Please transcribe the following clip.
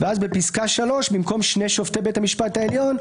ואז בפסקה (3) במקום שני שופטי בית המשפט העליון,